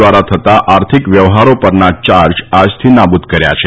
દ્વારા થતા આર્થિક વ્યવહારો પરના ચાર્જ આજથી નાબૂદ કર્યા છે